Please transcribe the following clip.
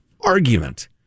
argument